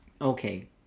okay